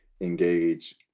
engage